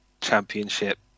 championship